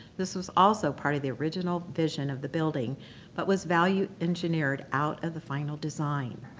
this was also part of the original vision of the building but was value-engineered out of the final design.